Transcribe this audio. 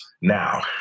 Now